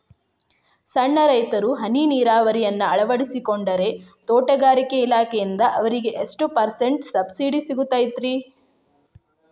ಸಣ್ಣ ರೈತರು ಹನಿ ನೇರಾವರಿಯನ್ನ ಅಳವಡಿಸಿಕೊಂಡರೆ ತೋಟಗಾರಿಕೆ ಇಲಾಖೆಯಿಂದ ಅವರಿಗೆ ಎಷ್ಟು ಪರ್ಸೆಂಟ್ ಸಬ್ಸಿಡಿ ಸಿಗುತ್ತೈತರೇ?